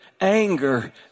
anger